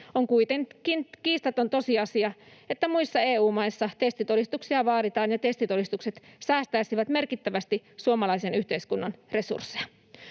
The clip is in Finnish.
On kuitenkin kiistaton tosiasia, että muissa EU-maissa testitodistuksia vaaditaan ja testitodistukset säästäisivät merkittävästi suomalaisen yhteiskunnan resursseja.